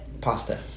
Pasta